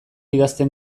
idazten